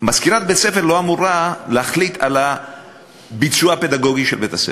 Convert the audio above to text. מזכירת בית-ספר לא אמורה להחליט על הביצוע הפדגוגי של בית-הספר.